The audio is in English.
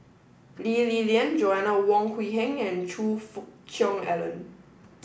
Lee Li Lian Joanna Wong Quee Heng and Choe Fook Cheong Alan